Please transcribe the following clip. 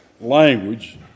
language